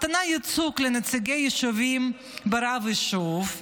הקטנת ייצוג לנציגי יישובים בבחירת רב יישוב,